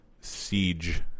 Siege